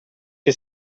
che